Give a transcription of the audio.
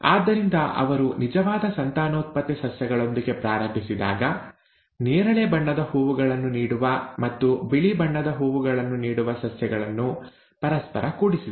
ಆದ್ದರಿಂದ ಅವರು ನಿಜವಾದ ಸಂತಾನೋತ್ಪತ್ತಿ ಸಸ್ಯಗಳೊಂದಿಗೆ ಪ್ರಾರಂಭಿಸಿದಾಗ ನೇರಳೆ ಬಣ್ಣದ ಹೂವುಗಳನ್ನು ನೀಡುವ ಮತ್ತು ಬಿಳಿ ಬಣ್ಣದ ಹೂವುಗಳನ್ನು ನೀಡುವ ಸಸ್ಯಗಳನ್ನು ಪರಸ್ಪರ ಕೂಡಿಸಿದರು